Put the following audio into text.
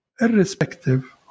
irrespective